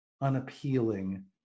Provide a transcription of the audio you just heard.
unappealing